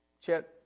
Chet